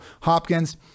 Hopkins